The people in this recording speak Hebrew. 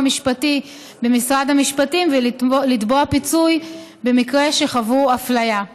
המשפטי במשרד המשפטים ולתבוע פיצוי במקרה שחוו אפליה.